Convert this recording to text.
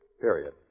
Period